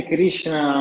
Krishna